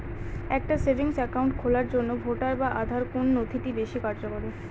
একটা savings account খোলার জন্য ভোটার বা আধার কোন নথিটি বেশী কার্যকরী?